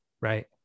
Right